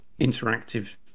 interactive